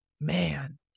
Man